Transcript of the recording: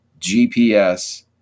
GPS